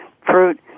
fruit